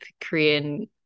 Korean